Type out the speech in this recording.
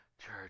church